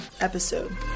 episode